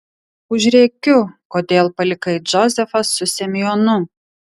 užrėkiu kodėl palikai džozefą su semionu